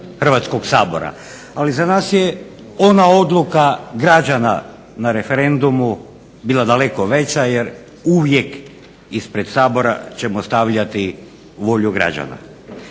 Hrvatskog sabora. Ali za nas je ona odluka građana na referendumu bila daleko veća jer uvijek ispred Sabora ćemo stavljati volju građana.